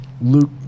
Luke